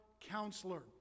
Counselor